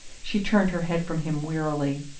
she turned her head from him wearily.